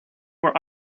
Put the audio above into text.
were